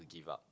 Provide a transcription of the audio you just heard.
to give up